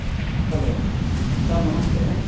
hello sir ನಮಸ್ತೆ